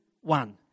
one